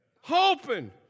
Hoping